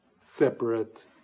separate